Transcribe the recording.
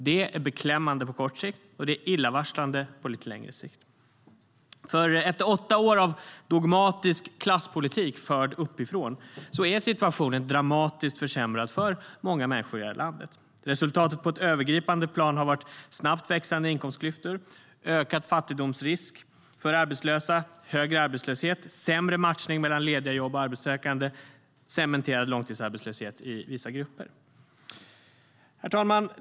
Det är beklämmande på kort sikt, och det är illavarslande på lite längre sikt. STYLEREF Kantrubrik \* MERGEFORMAT Arbetsmarknad och arbetslivHerr talman!